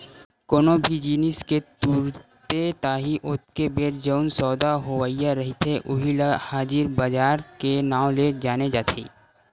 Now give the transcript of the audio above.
कोनो भी जिनिस के तुरते ताही ओतके बेर जउन सौदा होवइया रहिथे उही ल हाजिर बजार के नांव ले जाने जाथे